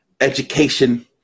education